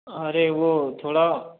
अरे वह थोड़ा